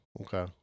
Okay